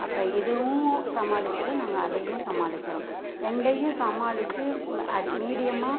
அப்போ இதுவும் சமாளிக்கிறோம் நாங்கள் அதையும் சமாளிக்கிறோம் ரெண்டையும் சமாளித்து ம அது மீடியம்மா